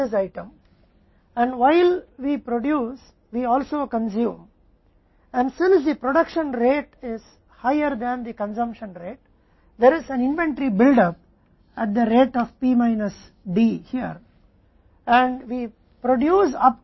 इसलिए जब P D से अधिक होता है तो हम इस मद का उत्पादन करते हैं और जबकि हम उत्पादन करते हैं और हम उपभोग भी करते हैं उत्पादन दर उपभोग की दर से अधिक है यहाँ P माइनस D की दर से इन्वेंट्री बिल्डअप दर है और हम एक विशेष समय t1 तक उत्पादन करते हैं